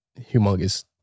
humongous